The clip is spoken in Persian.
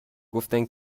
گفتن